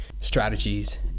strategies